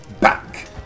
back